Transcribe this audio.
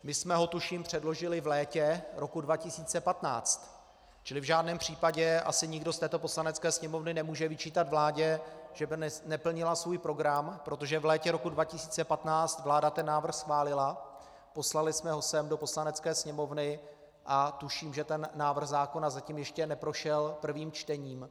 My jsme ho, tuším, předložili v létě roku 2015, čili v žádném případě asi nikdo z této Poslanecké sněmovny nemůže vyčítat vládě, že by neplnila svůj program, protože v létě roku 2015 vláda ten návrh schválila, poslali jsme ho sem do Poslanecké sněmovny a tuším, že ten návrh zákona zatím ještě neprošel prvním čtením.